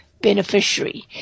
beneficiary